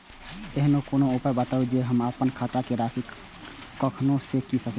ऐहन कोनो उपाय बताबु जै से हम आपन खाता के राशी कखनो जै सकी?